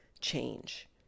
change